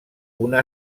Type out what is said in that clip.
una